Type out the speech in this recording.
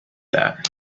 that